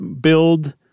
build